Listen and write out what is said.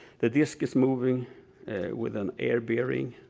the disc is moving with an air bearing,